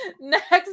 Next